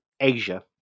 asia